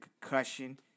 concussion